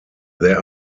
there